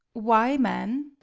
why, man?